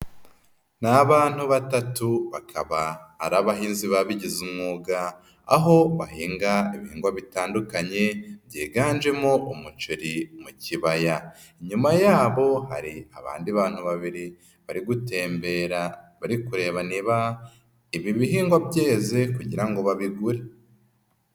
Ni abantu batatu bakaba ari abahinzi babigize umwuga aho bahinga ibihingwa bitandukanye byiganjemo umuceri mu kibaya, inyuma yabo hari abandi bantu babiri bari gutembera bari kureba niba ibi bihingwa byeze kugira ngo babigure.